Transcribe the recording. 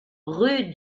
rue